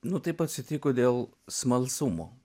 nu taip atsitiko dėl smalsumo